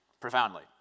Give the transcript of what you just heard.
profoundly